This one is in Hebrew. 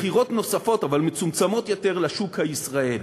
מכירות נוספות, אבל מצומצמות יותר לשוק הישראלי.